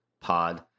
pod